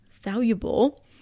valuable